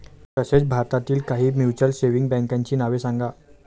तसेच भारतातील काही म्युच्युअल सेव्हिंग बँकांची नावे सांगा